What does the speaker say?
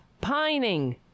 pining